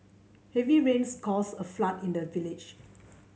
heavy rains caused a flood in the village